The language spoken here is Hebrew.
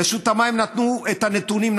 רשות המים נתנו לי את הנתונים.